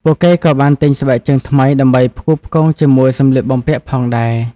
ពួកគេក៏បានទិញស្បែកជើងថ្មីដើម្បីផ្គូរផ្គងជាមួយសម្លៀកបំពាក់ផងដែរ។